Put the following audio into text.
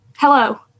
Hello